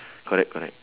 correct correct